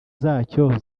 zacyo